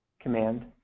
command